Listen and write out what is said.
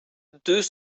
deux